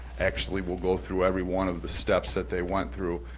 actually, we'll go through every one of the steps that they went through,